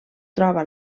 troba